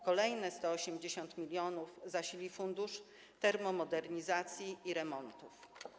Kolejne 180 mln zasili Fundusz Termomodernizacji i Remontów.